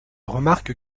remarque